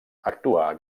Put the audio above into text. actuà